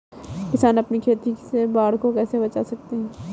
किसान अपनी खेती को बाढ़ से कैसे बचा सकते हैं?